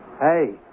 Hey